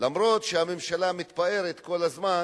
למרות שהממשלה מתפארת כל הזמן